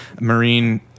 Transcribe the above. marine